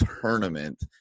tournament